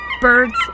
birds